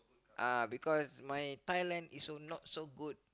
uh because my Thailand is so not so good